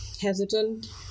hesitant